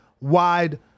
wide